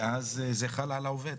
ואז זה חל על העובד.